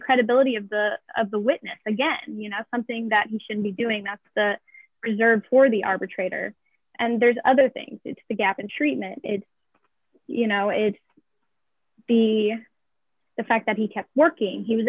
credibility of the of the witness again you know something that he should be doing that's the reserved for the arbitrator and there's other things the gap in treatment it's you know it's be the fact that he kept working he was